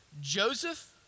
Joseph